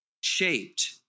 shaped